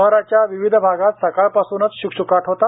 शहराच्या विविध भागात सकाळपासूनच शुकशुकाट होता